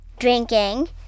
Drinking